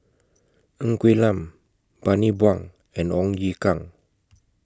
Ng Quee Lam Bani Buang and Ong Ye Kung